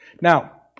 Now